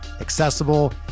accessible